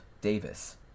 Davis